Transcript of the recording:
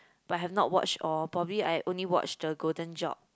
but have not watched all probably I only watch the Golden Job